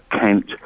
Kent